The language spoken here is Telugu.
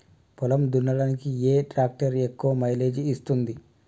పొలం దున్నడానికి ఏ ట్రాక్టర్ ఎక్కువ మైలేజ్ ఇస్తుంది?